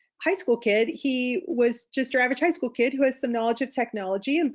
high school kid. he was just your average high school kid who has some knowledge of technology. and